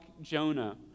Jonah